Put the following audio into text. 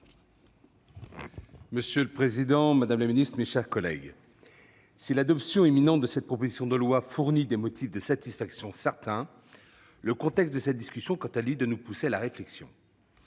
Monsieur le président, madame la secrétaire d'État, mes chers collègues, si l'adoption imminente de cette proposition de loi fournit des motifs de satisfaction certains, le contexte de la discussion de ce texte, quant à lui, doit nous pousser à la réflexion.